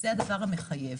זה הדבר המחייב.